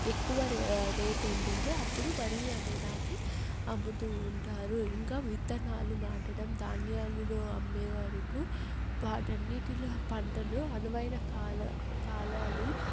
ఎక్కువ రేటు ఉంటుంది అప్పుడు వరి అనే దాన్ని అమ్ముతూ ఉంటారు ఇంకా విత్తనాలు నాటడం ధాన్యాలలో అమ్మే వరకూ వాటన్నిటిలో పంటలు అనువైన కాల కాలాలు